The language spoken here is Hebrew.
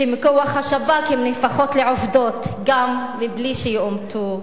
שמכוח השב"כ הן נהפכות לעובדות גם מבלי שיאומתו.